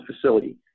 facility